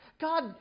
God